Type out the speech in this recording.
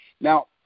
Now